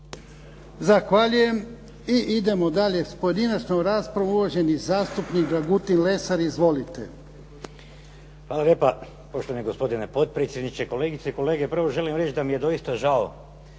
Zahvaljujem. I idemo dalje s pojedinačnom raspravom, uvaženi zastupnik Dragutin Lesar. Izvolite. **Lesar, Dragutin (Nezavisni)** Hvala lijepa. Poštovani gospodine potpredsjedniče, kolegice i kolege. Prvo želim reći da mi je doista žao